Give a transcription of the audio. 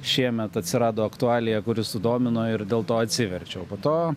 šiemet atsirado aktualija kuri sudomino ir dėl to atsiverčiau po to